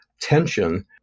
tension